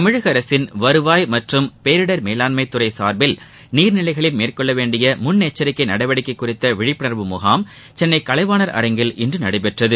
தமிழக அரசின் வருவாய் மற்றும் பேரிடர் மேலாண்மை துறை சார்பில் நீர்நிலைகளில் மேற்கொள்ள வேண்டிய முன்னெச்சரிக்கை நடவடிக்கை குறித்த விழிப்புணர்வு முகாம் சென்னை கலைவாணர் அரங்கில் இன்று நடைபெற்றது